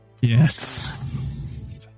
Yes